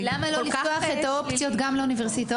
למה לא לפתוח את האופציות גם לאוניברסיטאות?